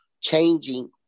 changing